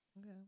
Okay